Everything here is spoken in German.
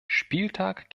spieltag